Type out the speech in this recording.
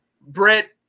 Brett